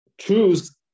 choose